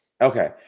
Okay